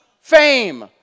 fame